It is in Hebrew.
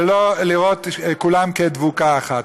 ולא לראות את כולם כדבוקה אחת.